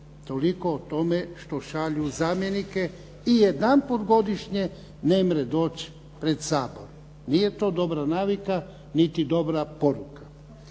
Toliko o tome što šalju zamjenike i jedanput godišnje nemre doć pred Sabor. Nije to dobra navika niti dobra poruka.